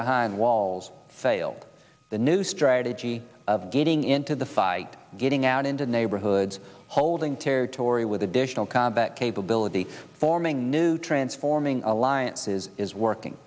behind walls failed the new strategy of getting into the fight getting out into neighborhoods holding territory with additional combat capability forming new transforming alliances is working